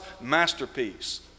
masterpiece